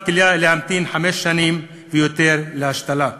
כליה להמתין חמש שנים ויותר להשתלה.